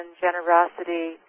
generosity